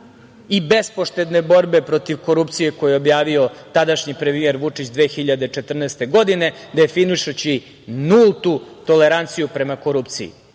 i bespoštedne borbe protiv korupcije koju je objavio tadašnji premijer Vučić 2014. godine, definišući nultu toleranciju prema korupciji.